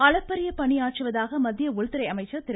அளப்பரிய பணியாற்றுவதாக மத்திய உள்துறை அமைச்சர் திரு